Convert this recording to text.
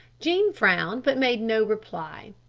jean frowned but made no reply.